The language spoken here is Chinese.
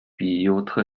比尤特